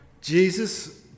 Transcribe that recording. Jesus